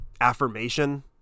affirmation